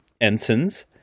Ensigns